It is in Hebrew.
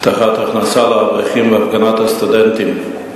הבטחת הכנסה לאברכים והפגנת הסטודנטים.